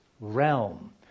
realm